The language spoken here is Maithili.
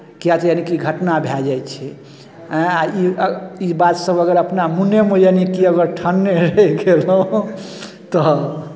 किआक तऽ यानि की घटना भए जाइ छै आयँ ई बात सभ अगर अपना मोनमे ठनने रहि गेलहुँ तऽ